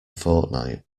fortnight